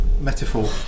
metaphor